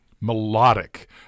melodic